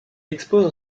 expose